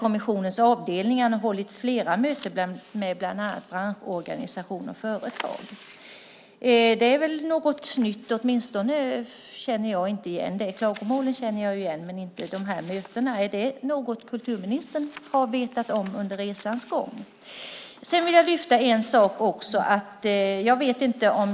Kommissionens avdelning har hållit flera möten med bland andra branschorganisationer och företag. Det är något nytt - åtminstone känner inte jag igen det. Klagomålen känner jag igen, men inte mötena. Är det något som kulturministern har vetat om under resans gång? Jag vill lyfta fram en sak till.